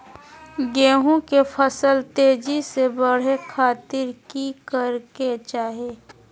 गेहूं के फसल तेजी से बढ़े खातिर की करके चाहि?